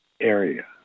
area